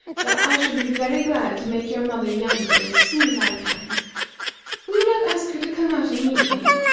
that i shall be very glad to make your mother younger as soon as i can will you not ask her to come out and meet me?